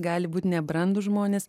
gali būt nebrandūs žmonės